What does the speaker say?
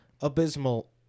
abysmal